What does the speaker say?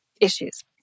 issues